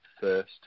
first